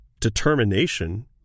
determination